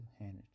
energy